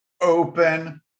open